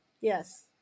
yes